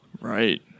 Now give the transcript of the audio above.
Right